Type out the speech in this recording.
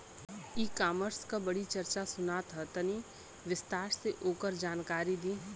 ई कॉमर्स क बड़ी चर्चा सुनात ह तनि विस्तार से ओकर जानकारी दी?